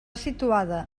situada